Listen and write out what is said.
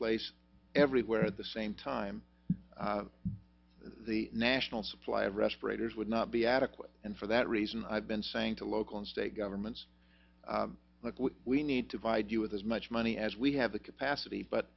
place everywhere at the same time the national supply of respirators would not be adequate and for that reason i've been saying to local and state governments look we need to vide you with as much money as we have the capacity but